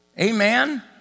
Amen